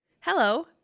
Hello